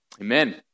Amen